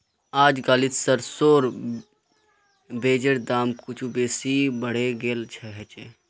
अजकालित सरसोर बीजेर दाम कुछू बेसी बढ़े गेल छेक